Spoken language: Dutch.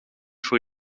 voor